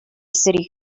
city